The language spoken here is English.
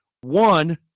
One